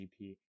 GP